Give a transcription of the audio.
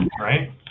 Right